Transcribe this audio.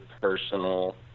personal